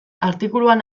artikuluan